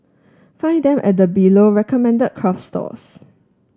find them at the below recommended craft stores